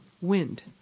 wind